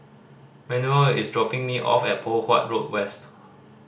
Manuel is dropping me off at Poh Huat Road West